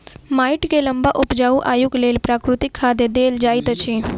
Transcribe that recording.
माइट के लम्बा उपजाऊ आयुक लेल प्राकृतिक खाद देल जाइत अछि